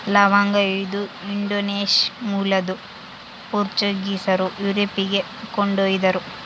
ಲವಂಗ ಇದು ಇಂಡೋನೇಷ್ಯಾ ಮೂಲದ್ದು ಪೋರ್ಚುಗೀಸರು ಯುರೋಪಿಗೆ ಕೊಂಡೊಯ್ದರು